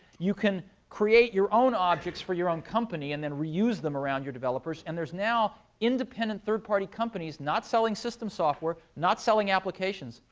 you can create your own objects for your own company, and then reuse them around your developers. and there's now independent third party companies not selling system software, not selling applications,